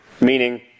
meaning